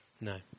No